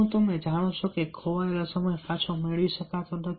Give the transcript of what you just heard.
શું તમે જાણો છો કે ખોવાયેલો સમય પાછો મેળવી શકાતો નથી